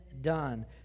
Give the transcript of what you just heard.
done